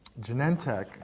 Genentech